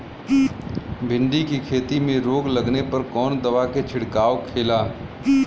भिंडी की खेती में रोग लगने पर कौन दवा के छिड़काव खेला?